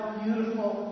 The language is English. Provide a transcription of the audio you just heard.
beautiful